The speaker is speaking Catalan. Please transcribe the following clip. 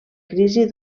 crisi